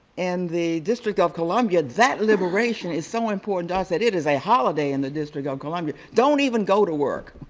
and the district of columbia that liberation is so important ah that it is a holiday in the district of columbia. don't even go to work